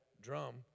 drum